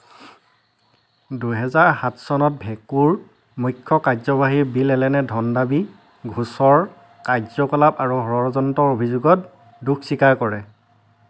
দুহেজাৰ সাত চনত ভেকোৰ মুখ্য কাৰ্যবাহী বিল এলেনে ধন দাবী গোচৰ কাৰ্য্যকলাপ আৰু ষড়যন্ত্ৰৰ অভিযোগত দোষ স্বীকাৰ কৰে